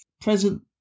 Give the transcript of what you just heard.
present